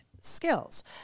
skills